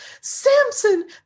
Samson